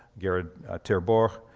gerrit terborch,